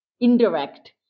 indirect